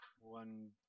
One